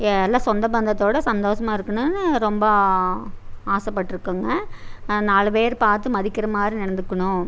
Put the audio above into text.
எல்லா சொந்த பந்தத்தோடு சந்தோஷமா இருக்கணுன்னு ரொம்ப ஆசைபட்டுட்ருக்கோங்க நாலு பேர் பார்த்து மதிக்கிற மாதிரி நடந்துக்கணும்